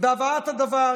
בהבאת הדבר.